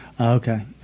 okay